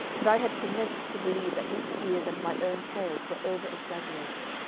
and i had commenced to believe that his fears and my own terrors were over-exaggerated,